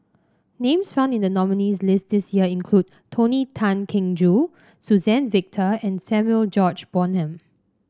names found in the nominees' list this year include Tony Tan Keng Joo Suzann Victor and Samuel George Bonham